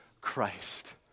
Christ